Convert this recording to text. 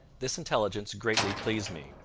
this intelligence greatly pleased me,